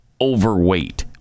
overweight